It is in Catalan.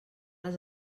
les